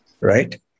right